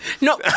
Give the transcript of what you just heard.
no